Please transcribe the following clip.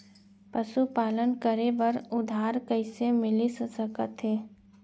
पशुपालन करे बर उधार कइसे मिलिस सकथे?